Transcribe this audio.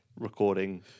recording